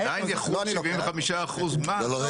עדיין יחול 75% מס.